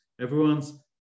Everyone's